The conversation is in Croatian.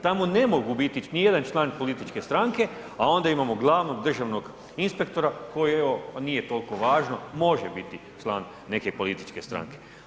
Tamo ne mogu biti niti jedan član političke stranke, a onda imamo glavnog državnog inspektora koji evo nije toliko važno, može biti član neke političke stranke.